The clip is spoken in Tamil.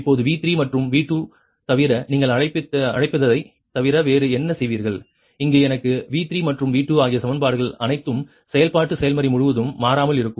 இப்போது V3 மற்றும் V2 தவிர நீங்கள் அழைப்பதைத் தவிர வேறு என்ன செய்வீர்கள் இங்கு எனக்கு V3 மற்றும் V2 ஆகிய சமன்பாடுகள் அனைத்தும் செயல்பாட்டு செயல்முறை முழுவதும் மாறாமல் இருக்கும்